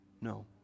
No